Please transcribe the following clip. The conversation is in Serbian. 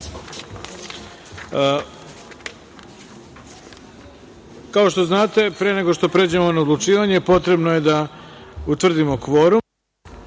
što znate, pre nego što pređemo na odlučivanje, potrebno je da utvrdimo kvorum. Kao